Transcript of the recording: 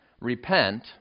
Repent